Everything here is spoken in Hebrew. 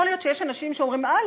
יכול להיות שיש אנשים שאומרים: אה,